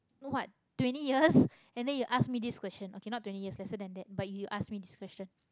what twenty years and then you ask me this question okay not twenty years lesser than that but you ask me this question